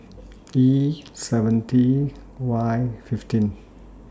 E seventy Y fifteen